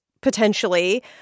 potentially